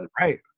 Right